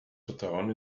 vertrauen